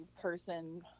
person